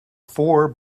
four